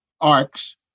arcs